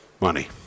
money